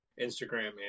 Instagram